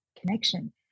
connection